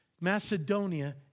Macedonia